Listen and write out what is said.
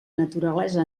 naturalesa